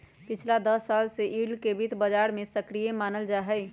पिछला दस साल से यील्ड के वित्त बाजार में सक्रिय मानल जाहई